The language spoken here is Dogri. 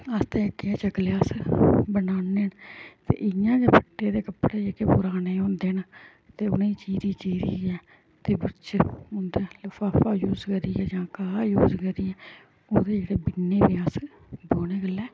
अस ते अग्गें गै चकले अस बनान्ने ते इ'यां गै फट्टे दे कपड़े जेह्के पराने होंदे न ते उ'नेंगी चीरी चीरियै ते बिच्च उं'दै लफाफा यूज करियै जां घाह् यूज करियै ओह्दे जेह्ड़े बिन्ने ते अस बौह्ने बेल्लै